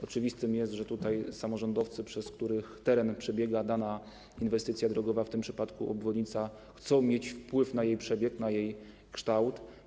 Oczywiste jest, że samorządowcy, przez których teren przebiega dana inwestycja drogowa, w tym przypadku obwodnica, chcą mieć wpływ na jej przebieg, na jej kształt.